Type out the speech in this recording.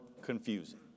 confusing